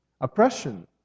Oppression